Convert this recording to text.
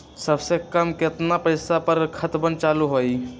सबसे कम केतना पईसा पर खतवन चालु होई?